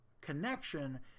connection